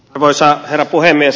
arvoisa herra puhemies